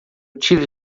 tive